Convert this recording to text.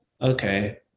okay